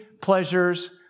pleasures